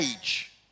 age